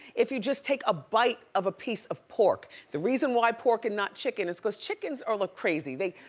if you just take a bite of a piece of pork. the reason why pork and not chicken, is cause chickens are like crazy. they